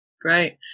great